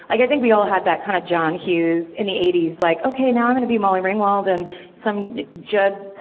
like i think we all had that, kind of john hughes, in the eighties, like ok now i'm gonna be molly ringwald. and some judd